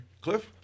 Cliff